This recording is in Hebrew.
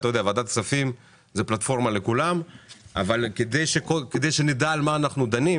ועדת כספים מהווה פלטפורמה לכולם אבל כדי שנדע על מה אנחנו דנים